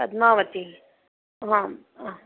पद्मावती हां हा